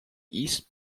east